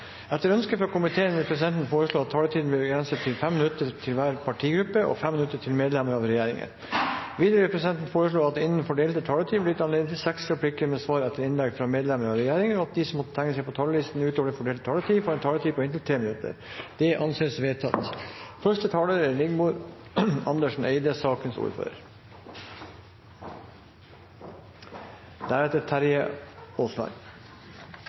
Etter ønske fra energi- og miljøkomiteen vil presidenten foreslå at taletiden blir begrenset til 5 minutter til hver partigruppe og 5 minutter til medlemmer av regjeringen. Videre vil presidenten foreslå at det blir gitt anledning til seks replikker med svar etter innlegg fra medlem av regjeringen innenfor den fordelte taletid, og at de som måtte tegne seg på talerlisten utover den fordelte taletid, får en taletid på inntil 3 minutter. – Det anses vedtatt. Dette er